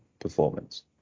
performance